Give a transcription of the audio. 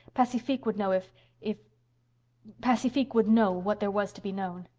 pacifique would know if if pacifique would know what there was to be known.